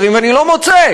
היא עוד לא נכנסה לתוקף,